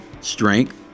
strength